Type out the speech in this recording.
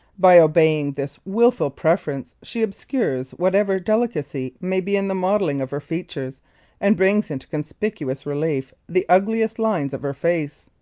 by obeying this wilful preference she obscures whatever delicacy may be in the modelling of her features and brings into conspicuous relief the ugliest lines of her face.